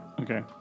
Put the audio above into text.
Okay